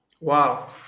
Wow